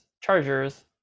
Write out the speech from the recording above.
Chargers